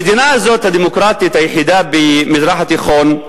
במדינה הזאת, הדמוקרטית היחידה במזרח התיכון,